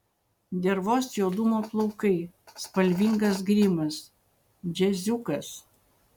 dervos juodumo plaukai spalvingas grimas džiaziukas